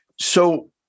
So-